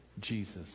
Jesus